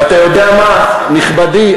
ואתה יודע מה, נכבדי?